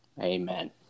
Amen